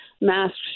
masks